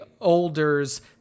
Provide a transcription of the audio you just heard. Older's